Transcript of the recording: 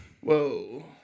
Whoa